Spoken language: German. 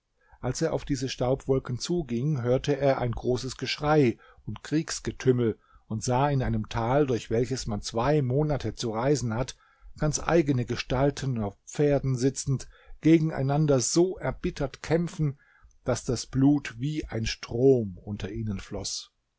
als er auf diese staubwolken zuging hörte er ein großes geschrei und kriegsgetümmel und sah in einem tal durch welches man zwei monate zu reisen hat ganz eigene gestalten auf pferden sitzend gegeneinander so erbittert kämpfen daß das blut wie ein strom unter ihnen floß